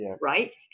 right